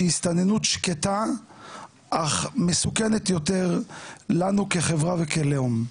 שהיא הסתננות שקטה אך מסוכנת יותר לנו כחברה וכלאום.